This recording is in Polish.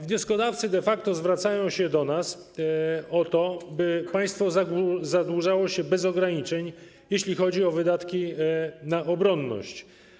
Wnioskodawcy de facto zwracają się do nas o pozwolenie na to, by państwo zadłużało się bez ograniczeń, jeśli chodzi o wydatki na obronność.